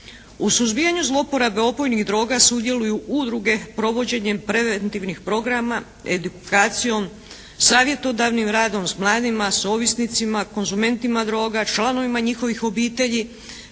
U suzbijanju zlouporabe opojnih droga sudjeluju udruge provođenjem preventivnih programa, edukacijom, savjetodavnim radom s mladima, s ovisnicima, konzumentima droga. Članovima njihovih obitelji,